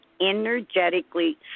energetically